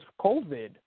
COVID –